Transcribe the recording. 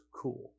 cool